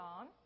on